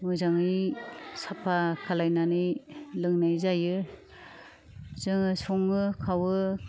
मोजाङै साफा खालायनानै लोंनाय जायो जोङो सङो खावयो